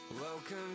Welcome